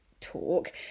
talk